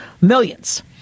millions